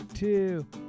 Two